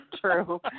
True